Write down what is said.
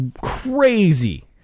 crazy